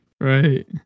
right